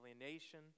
alienation